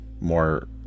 more